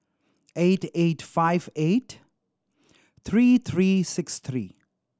eight eight five eight three three six three